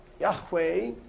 Yahweh